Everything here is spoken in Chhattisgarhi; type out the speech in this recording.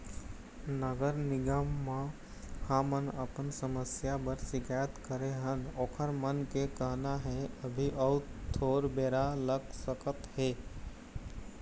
नगर निगम म हमन अपन समस्या बर सिकायत करे हन ओखर मन के कहना हे अभी अउ थोर बेरा लग सकत हे